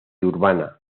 urbana